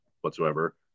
whatsoever